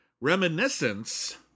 Reminiscence